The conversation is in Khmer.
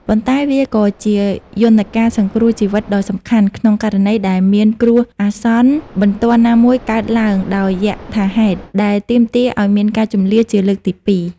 ប៉ុន្តែវាក៏ជាយន្តការសង្គ្រោះជីវិតដ៏សំខាន់ ក្នុងករណីដែលមានគ្រោះអាសន្នបន្ទាន់ណាមួយកើតឡើងជាយថាហេតុ ដែលទាមទារឱ្យមានការជម្លៀសជាលើកទីពីរ។